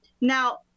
Now